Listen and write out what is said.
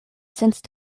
since